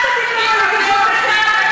אל תטיף לנו על התיישבות בכלל,